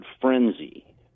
frenzy